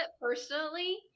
personally